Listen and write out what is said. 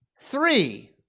three